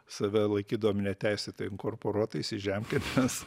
save laikydavom neteisėtai inkorporuotais į žemkę nes